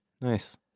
Nice